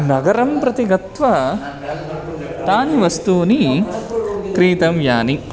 नगरं प्रति गत्वा तानि वस्तूनि क्रीतव्यानि